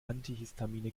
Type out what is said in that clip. antihistamine